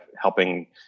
helping